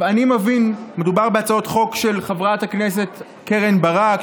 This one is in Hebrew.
אני מבין שמדובר בהצעות חוק של חברת הכנסת קרן ברק,